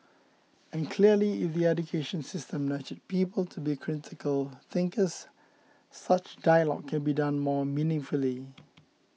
and clearly if the education system nurtured people to be critical thinkers such dialogue can be done more meaningfully